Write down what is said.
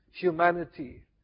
humanity